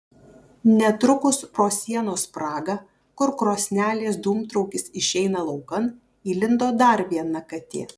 netrukus pro sienos spragą kur krosnelės dūmtraukis išeina laukan įlindo dar viena katė